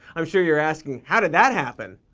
i'm sure you're asking, how did that happen?